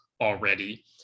already